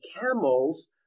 camels